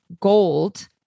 gold